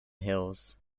hills